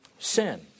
sin